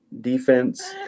defense –